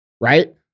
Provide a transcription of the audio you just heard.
right